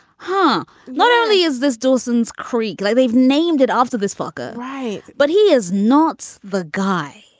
huh? not only is this dawson's creek. like they've named it after this fucker. right. but he is not the guy,